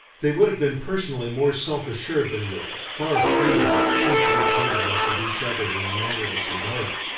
they would have been personally more self-assured than we, far freer of cheap imitativeness of each other in manners and art,